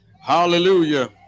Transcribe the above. hallelujah